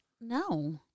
No